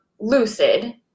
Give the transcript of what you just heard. lucid